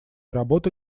работы